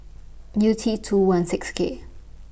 U T two one six K